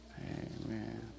Amen